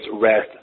rest